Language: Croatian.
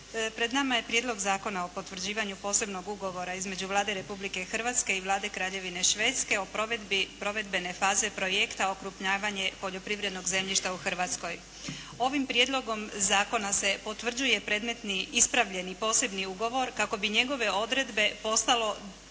Pred nama je Prijedlog zakona o potvrđivanju Posebnog ugovora između Vlade Republike Hrvatske i Vlade Kraljevine Švedske o provedbi provedbene faze projekta okrupnjavanje poljoprivrednog zemljišta u Hrvatskoj. Ovim prijedlogom zakona se potvrđuje predmetni ispravljeni posebni ugovor kako bi njegove odredbe postale dio